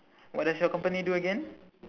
what does your company do again